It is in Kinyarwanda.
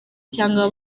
cyangwa